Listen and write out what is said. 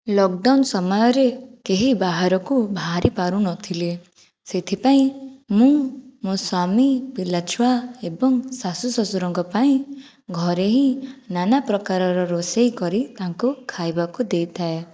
lockdown ସମୟରେ କେହି ବାହାରକୁ ବାହାରି ପାରୁନଥିଲେ ସେଥିପାଇଁ ମୁଁ ମୋ ସ୍ଵାମୀ ପିଲାଛୁଆ ଏବଂ ଶାଶୁ ଶ୍ୱଶୁରଙ୍କ ପାଇଁ ଘରେ ହିଁ ନାନାପ୍ରକାରର ରୋଷେଇ କରି ତାଙ୍କୁ ଖାଇବାକୁ ଦେଇଥାଏ